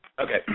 Okay